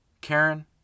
Karen